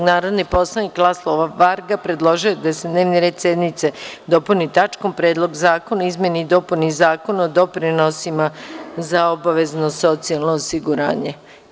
Narodni poslanik Laslo Varga, predložio je da se dnevni red sednice dopuni tačkom – Predlog zakona o izmeni i dopuni Zakona o doprinosima za obavezno socijalno osiguranje.